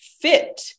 fit